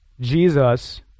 Jesus